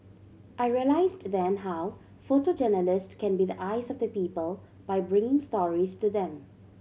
I realised then how photojournalist can be the eyes of the people by bringing stories to them